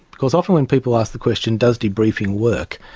because often when people ask the question does debriefing work,